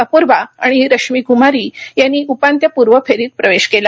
अपूर्वा आणि रश्मी कुमारी यांनी उपांत्यपूर्व फेरीत प्रवेश केला